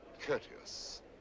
courteous